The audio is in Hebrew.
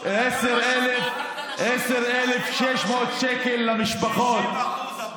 אתה גם לא שומע את החלשים.